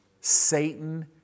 Satan